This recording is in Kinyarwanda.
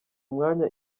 umwanya